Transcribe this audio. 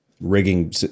rigging